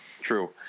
True